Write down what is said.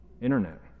Internet